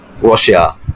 russia